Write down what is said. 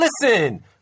listen